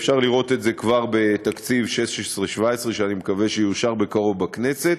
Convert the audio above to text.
ואפשר לראות את זה כבר בתקציב שאני מקווה שיאושר בקרוב בכנסת,